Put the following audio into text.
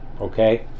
Okay